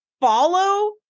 follow